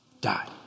Die